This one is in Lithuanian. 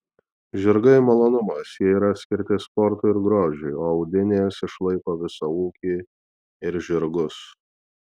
žirgai malonumas jie yra skirti sportui ir grožiui o audinės išlaiko visą ūkį ir žirgus